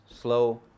slow